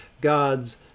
God's